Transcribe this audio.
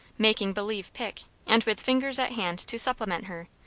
making believe pick, and with fingers at hand to supplement her,